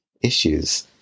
issues